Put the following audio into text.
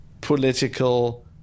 political